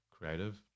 Creative